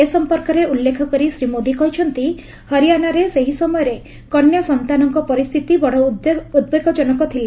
ଏ ସମ୍ପର୍କରେ ଉଲ୍ଲେଖ କରି ଶ୍ରୀ ମୋଦି କହିଛନ୍ତି ହରିଆନାରେ ସେହି ସମୟରେ କନ୍ୟା ସନ୍ତାନଙ୍କ ପରିସ୍ଥିତି ବଡ଼ ଉଦ୍ବେଗଜନକ ଥିଲା